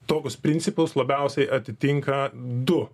tokius principus labiausiai atitinka du